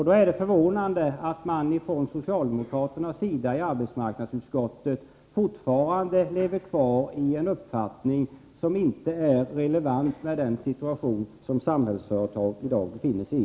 Det är då förvånande att socialdemokraterna i arbetsmarknadsutskottet fortfarande lever kvar i en uppfattning som inte är relevant för den situation som Samhällsföretag i dag befinner sig i.